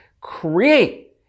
create